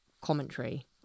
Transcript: commentary